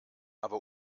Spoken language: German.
aber